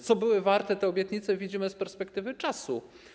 Co były warte te obietnice, widzimy z perspektywy czasu.